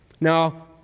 Now